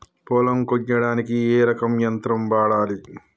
పొలం కొయ్యడానికి ఏ రకం యంత్రం వాడాలి?